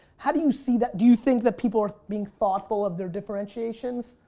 how do you see that? do you think that people are being thoughtful of their differentiations?